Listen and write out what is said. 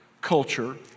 culture